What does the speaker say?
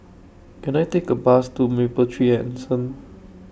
Can I Take A Bus to Mapletree Anson